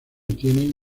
tienen